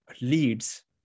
leads